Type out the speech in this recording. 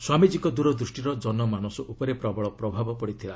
ସ୍ୱାମିଜୀଙ୍କ ଦୂରଦୃଷ୍ଟିର ଜନମାନସ ଉପରେ ପ୍ରବଳ ପ୍ରଭାବ ପଡ଼ିଥିଲା